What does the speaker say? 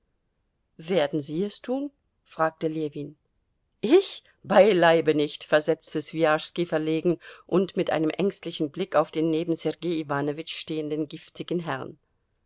werden sie es tun fragte ljewin ich beileibe nicht versetzte swijaschski verlegen und mit einem ängstlichen blick auf den neben sergei iwanowitsch stehenden giftigen herrn